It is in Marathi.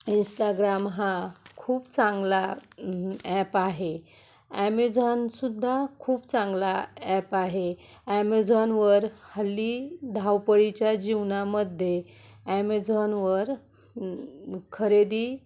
इंस्टाग्राम हा खूप चांगला ॲप आहे ॲमेझॉन सुद्धा खूप चांगला ॲप आहे ॲमेझॉनवर हल्ली धावपळीच्या जीवनामध्ये ॲमेझॉनवर खरेदी